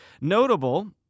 Notable